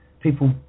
people